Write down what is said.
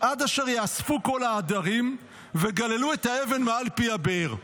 "עד אשר יאספו כל העדרים וגללו את האבן מעל פי הבאר".